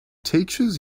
teachers